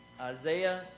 Isaiah